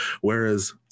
Whereas